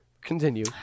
Continue